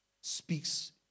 speaks